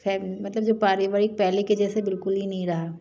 फैक मतलब जो पारिवारिक पहले के जैसे बिल्कुल ही नहीं रहा